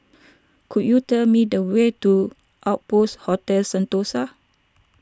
could you tell me the way to Outpost Hotel Sentosa